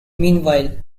meanwhile